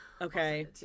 Okay